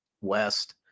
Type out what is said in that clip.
West